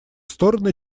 стороны